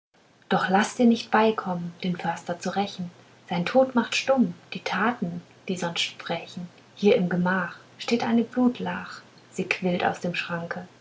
doch laß dir nicht beikommen den förster zu rächen sein tod macht stumm die taten die sonst sprächen hier im gemach steht eine blutlach sie quillt aus dem schranke